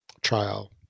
trial